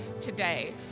today